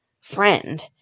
friend